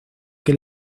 que